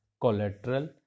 collateral